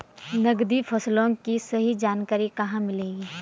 नकदी फसलों की सही जानकारी कहाँ मिलेगी?